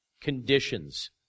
conditions